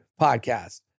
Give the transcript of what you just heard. podcast